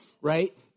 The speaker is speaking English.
right